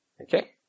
Okay